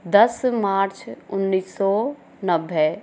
दस मार्च उन्नीस सौ नब्बे